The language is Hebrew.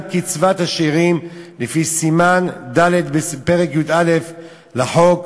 קצבת השאירים לפי סימן ד' בפרק י"א לחוק,